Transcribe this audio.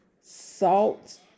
Salt